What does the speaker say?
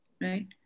right